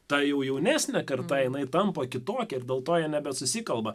ta jau jaunesnė karta jinai tampa kitokia ir dėl to jie nebesusikalba